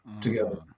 together